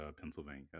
pennsylvania